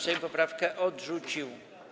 Sejm poprawkę odrzucił.